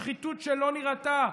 שחיתות שלא נראתה.